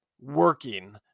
working